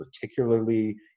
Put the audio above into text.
particularly